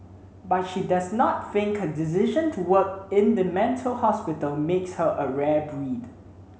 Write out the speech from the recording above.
but she does not think her decision to work in the mental hospital makes her a rare breed